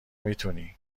میتونی